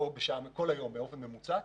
לא בממוצע,